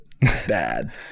bad